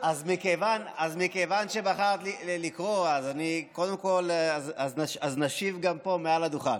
מכיוון שבחרת לקרוא, אז נשיב גם פה מעל לדוכן: